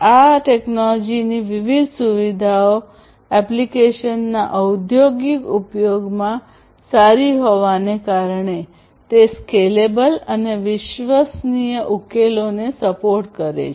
આ ટેકનોલોજીની વિવિધ સુવિધાઓ એપ્લિકેશનના ઔદ્યોગિક ઉપયોગમાં સારી હોવાને કારણે તે સ્કેલેબલ અને વિશ્વસનીય ઉકેલોને સપોર્ટ કરે છે